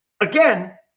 Again